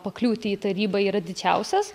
pakliūti į tarybą yra didžiausias